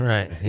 Right